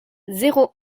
zéro